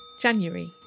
January